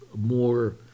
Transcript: more